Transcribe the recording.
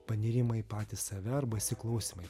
panirimai į patį save arba įsiklausymai